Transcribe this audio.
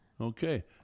Okay